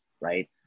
right